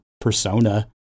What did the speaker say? persona